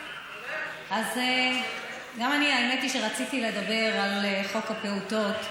אז האמת היא שגם אני רציתי לדבר על חוק הפעוטות,